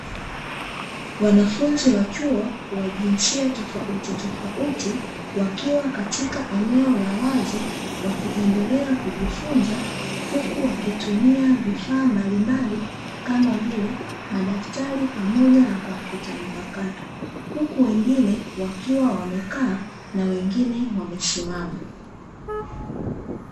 Wanafunzi wa chuo wa jinsia tofautitofauti, wakiwa katika eneo la wazi, wakiendelea kujifunza, huku wakitumia vifaa mbalimbali kama vile, madaftali pamoja na kompyuta mpakato, huku wengine wakiwa wamekaa na wengine wamesimama.